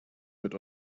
mit